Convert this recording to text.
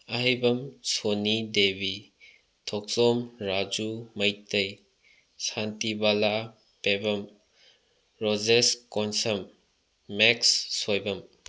Aheibam Soni Devi Thokchom Raju Meitei Shantibala Pebam Rojesh Konsam Max Soibam